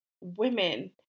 women